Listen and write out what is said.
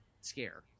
scare